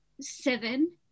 Seven